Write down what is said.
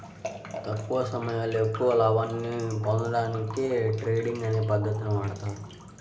తక్కువ సమయంలో ఎక్కువ లాభాల్ని పొందడానికి డే ట్రేడింగ్ అనే పద్ధతిని వాడతారు